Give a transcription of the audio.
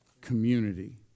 Community